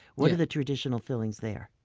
what are the traditional fillings there?